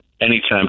Anytime